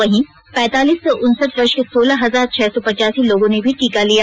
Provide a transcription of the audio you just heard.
वहीं पैतालीस से उनसठ वर्ष के सोलह हजार छह सौ पचासी लोगों ने भी टीका लिया